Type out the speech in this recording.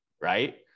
right